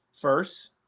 first